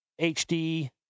HD